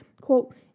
quote